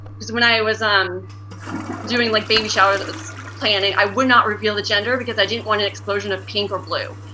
when i was um doing like baby showers, i was planning, i would not reveal the gender because i didn't want an explosion of pink or blue.